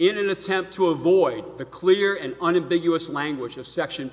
in an attempt to avoid the clear and unambiguous language of section